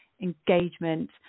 engagement